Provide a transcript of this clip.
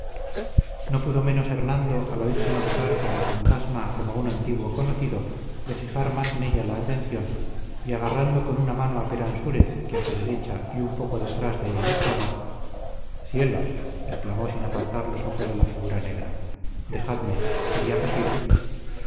no pudo menos hernando al oírse nombrar por la fantasma como un antiguo conocido de fijar más en ella la atención y agarrando con una mano a peransúrez que a su derecha y un poco detrás de él estaba cielos exclamó sin apartar los ojos de la figura negra dejadme sería posible